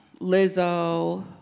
Lizzo